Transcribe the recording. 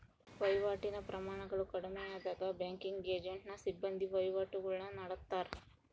ವಹಿವಾಟಿನ ಪ್ರಮಾಣಗಳು ಕಡಿಮೆಯಾದಾಗ ಬ್ಯಾಂಕಿಂಗ್ ಏಜೆಂಟ್ನ ಸಿಬ್ಬಂದಿ ವಹಿವಾಟುಗುಳ್ನ ನಡತ್ತಾರ